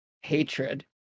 hatred